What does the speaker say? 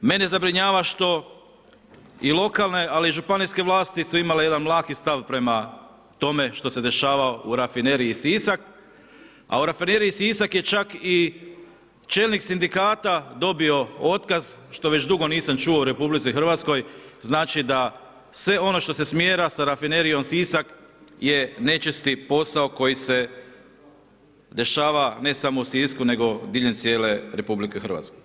Mene zabrinjava što i lokalne ali i županijske vlasti su imale jedan mlaki stav prema tome što se dešava u rafineriji Sisak a u rafineriji Sisak je čak i čelnik sindikata dobio otkaz što već dugo nisam čuo u RH, znači da sve ono što se smjera sa rafinerijom Sisak je nečisti posao koji se dešava ne samo u Sisku nego diljem cijele RH.